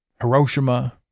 Hiroshima